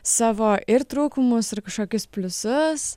savo ir trūkumus ir kažkokius pliusus